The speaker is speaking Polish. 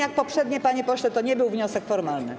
Tak jak poprzednio, panie pośle, to nie był wniosek formalny.